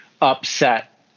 upset